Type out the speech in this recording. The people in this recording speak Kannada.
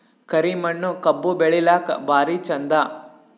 ಕರಿ ಮಣ್ಣು ಕಬ್ಬು ಬೆಳಿಲ್ಲಾಕ ಭಾರಿ ಚಂದ?